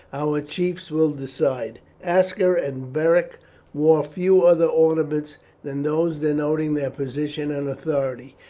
our chiefs will decide. aska and beric wore few other ornaments than those denoting their position and authority.